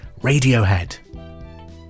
Radiohead